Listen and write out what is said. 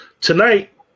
tonight